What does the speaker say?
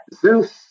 Zeus